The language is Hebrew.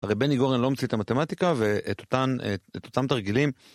הרי בני גורן לא המציא את המתמטיקה ואת אותן, אותם תרגילים.